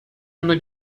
anni